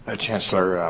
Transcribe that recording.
ah chancellor,